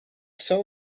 sell